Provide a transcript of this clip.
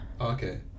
okay